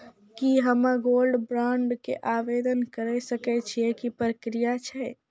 की हम्मय gold bond के आवदेन करे सकय छियै, की प्रक्रिया छै?